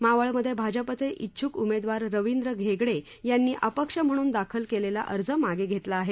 मावळमधे भाजपाचे इच्छक उमेदवार रविंद्र घेगडे यांनी अपक्ष म्हणून दाखल केलेला अर्ज मागे घेतला आहे